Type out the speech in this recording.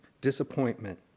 disappointment